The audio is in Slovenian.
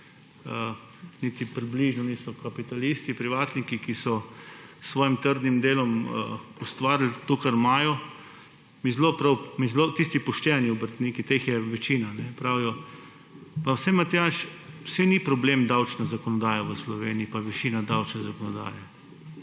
niti približno niso kapitalisti. Privatniki, ki so s svojim trdim delom ustvarili to, kar imajo, tisti pošteni obrtniki, teh je večina, pravijo: »Matjaž, saj ni problem davčna zakonodaja v Sloveniji pa višina davčne zakonodaje.